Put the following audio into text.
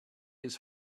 his